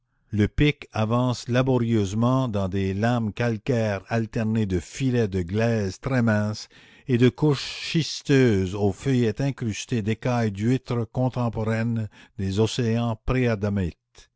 le pic avance laborieusement dans des lames calcaires alternées de filets de glaises très minces et de couches schisteuses aux feuillets incrustés d'écailles d'huîtres contemporaines des océans